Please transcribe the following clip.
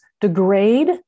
degrade